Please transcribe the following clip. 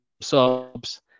subs